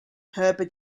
heber